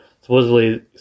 supposedly